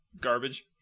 garbage